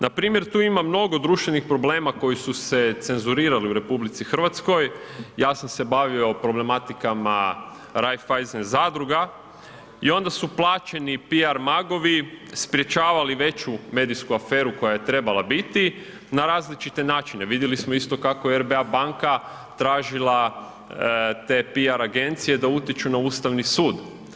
Npr. tu imam mnogo društvenih problema koji su se cenzurirali u RH, ja sam se bavio problematikama Raiffeisen zadruga i onda su plaćeni PR magovi sprječavali veću medijsku aferu koja je trebala biti na različite načine, vidjeli smo isto kako je RBA banka tražila te PR agencije da utječu na Ustavni sud.